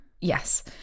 Yes